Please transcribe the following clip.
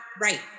right